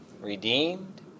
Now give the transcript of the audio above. redeemed